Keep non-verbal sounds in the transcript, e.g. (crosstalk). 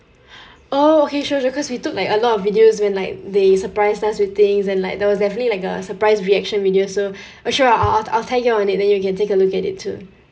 (breath) oh okay sure sure cause we took like a lot of videos when like they surprised us with things and like there was definitely like a surprise reaction video so (breath) I'll sure I'll I'll tag you on it then you can take a look at it too